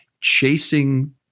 chasing